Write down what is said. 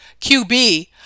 QB